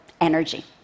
energy